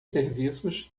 serviços